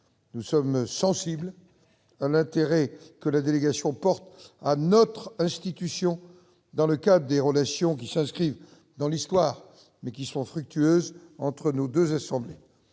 Nous sommes sensibles à l'intérêt que la délégation porte à notre institution, dans le cadre des relations inscrites dans l'histoire et fructueuses qui existent entre nos deux assemblées.